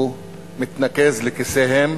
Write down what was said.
הוא מתנקז לכיסיהם